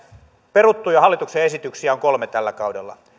peruttuja hallituksen esityksiä on kolme tällä kaudella